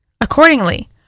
Accordingly